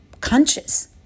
conscious